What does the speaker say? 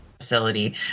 facility